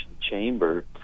chamber